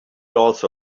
also